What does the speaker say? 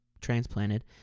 transplanted